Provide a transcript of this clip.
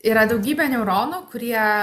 yra daugybė neuronų kurie